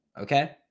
Okay